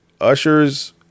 Usher's